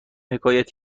حکایت